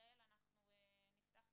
יעל, אנחנו נפתח איתכם,